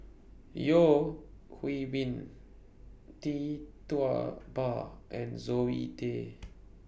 Yeo Hwee Bin Tee Tua Ba and Zoe Tay